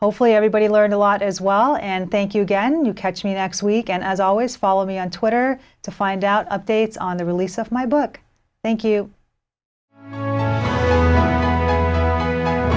hopefully everybody learned a lot as well and thank you again you catch me the next week and as always follow me on twitter to find out updates on the release of my book thank you